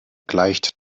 gleicht